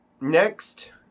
Next